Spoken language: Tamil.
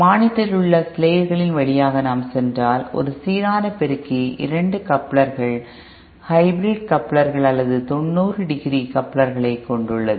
மானிட்டரில் உள்ள ஸ்லைடுகளின் வழியாக நாம் சென்றால் ஒரு சீரான பெருக்கி 2 கப்ளர்கள் ஹைப்ரிட் கப்ளர்கள் அல்லது 90 டிகிரி கப்ளர்களைக் கொண்டுள்ளது